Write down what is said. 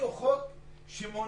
הביאו חוק שמונע